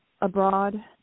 abroad